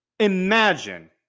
Imagine